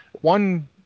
one